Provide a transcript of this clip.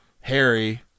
harry